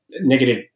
negative